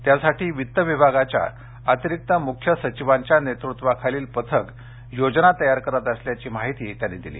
त्यासाठी वित्त विभागाच्या अतिरिक्त मुख्य सचिवांच्या नेतृत्वाखालील पथक योजना तयार करत असल्याची माहिती त्यांनी दिली